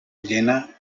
llena